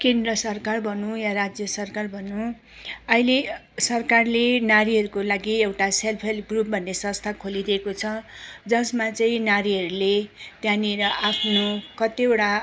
केन्द्र सरकार भनौँ या राज्य सरकार भनौँ अहिले सरकारले नारीहरूको लागि एउटा सेल्फ हेल्प ग्रुप भन्ने संस्था खोलिदिएको छ जसमा चाहिँ नारीहरूले त्यहाँनिर आफ्नो कतिवटा